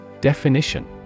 Definition